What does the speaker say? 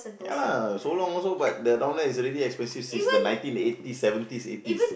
ya lah so long also but the down there is already expensive since the ninety eighties seventies eighties